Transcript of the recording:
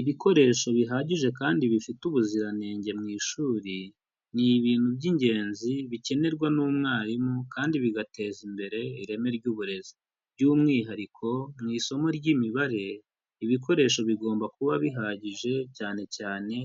Ibikoresho bihagije kandi bifite ubuziranenge mu ishuri, ni ibintu by'ingenzi bikenerwa n'umwarimu kandi bigateza imbere ireme ry'uburezi, by'umwihariko mu isomo ry'imibare ibikoresho bigomba kuba bihagije cyane cyane